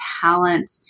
talent